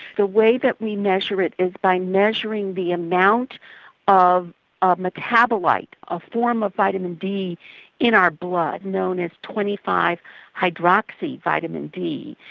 the way that we measure it is by measuring the amount of ah metabolite, a form of vitamin d in our blood known as twenty five hydroxy vitamin d,